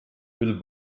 will